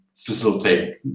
facilitate